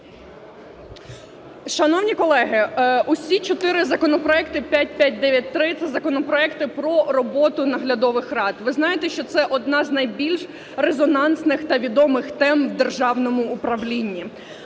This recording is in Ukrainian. Шановні колеги, всі чотири законопроекти 5593 – це законопроекти про роботу наглядових рад. Ви знаєте, що це одна з найбільш резонансних та відомих тем у державному управлінні.